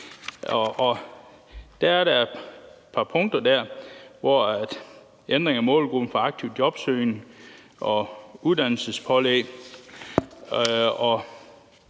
er der et par punkter, bl.a. ændring af målgruppen for aktiv jobsøgning og uddannelsespålæg,